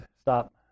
stop